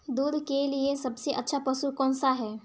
दूध के लिए सबसे अच्छा पशु कौनसा है?